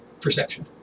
perception